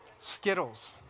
Skittles